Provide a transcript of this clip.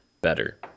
better